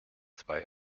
zwei